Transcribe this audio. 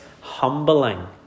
humbling